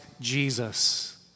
Jesus